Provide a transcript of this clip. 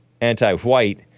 Anti-white